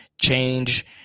change